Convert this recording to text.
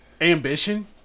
ambition